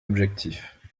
objectif